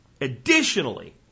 Additionally